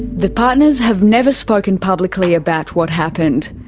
the partners have never spoken publicly about what happened.